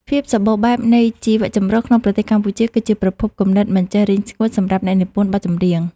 ភាពសម្បូរបែបនៃជីវចម្រុះក្នុងប្រទេសកម្ពុជា គឺជាប្រភពគំនិតមិនចេះរីងស្ងួតសម្រាប់អ្នកនិពន្ធបទចម្រៀង។